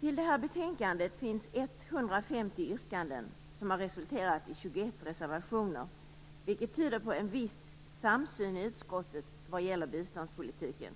Till det här betänkandet finns 150 yrkanden som har resulterat i 21 reservationer. Det tyder på en viss samsyn i utskottet vad gäller biståndspolitiken.